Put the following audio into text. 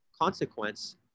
consequence